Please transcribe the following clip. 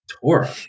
Torah